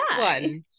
one